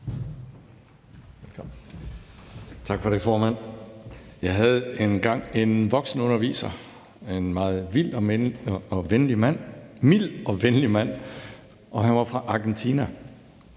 Tak for det, formand. Jeg havde engang en voksenunderviser, en meget mild og venlig mand. Han var fra Argentina,